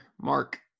Mark